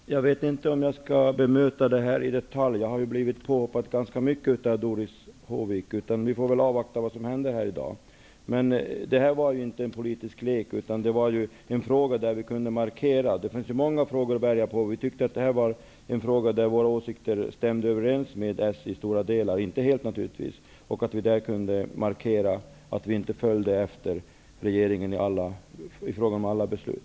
Herr talman! Jag vet inte om jag skall bemöta detta i detalj. Jag har blivit påhoppad ganska många gånger av Doris Håvik. Men vi får väl avvakta vad som händer här i dag. I varje fall är det inte fråga om en politisk lek. I stället är det här en fråga där vi kunde göra en markering. Det finns många frågor att välja bland, men vi tyckte att våra åsikter i den här frågan stämde överens med Socialdemokraternas -- naturligtvis inte helt, men i stora delar. I denna fråga kunde vi markera att vi inte följde regeringen i fråga om alla beslut.